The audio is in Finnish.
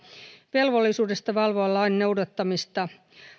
velvollisuudesta valvoa lain noudattamista